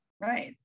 Right